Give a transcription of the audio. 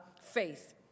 faith